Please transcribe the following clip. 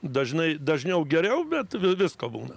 dažnai dažniau geriau bet visko būna